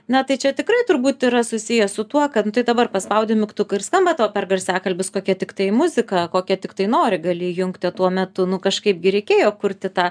na tai čia tikrai turbūt yra susiję su tuo kad dabar paspaudi mygtuką ir skamba tau per garsiakalbius kokia tiktai muzika kokią tiktai nori gali įjungti tuo metu nu kažkaip gi reikėjo kurti tą